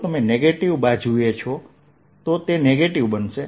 જો તમે નેગેટીવ બાજુએ છો તો તે નેગેટીવ બનશે